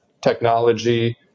technology